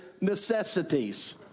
necessities